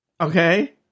Okay